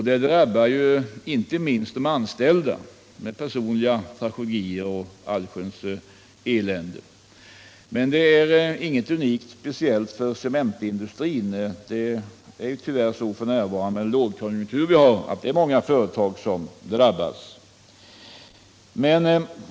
Det berör inte minst de anställda, med personliga tragedier och allsköns elände som följd. Men detta är inget som enbart drabbar cementindustrin, utan det är tyvärr under den lågkonjunktur som vi har f. n. många företag som har samma problem.